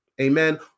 Amen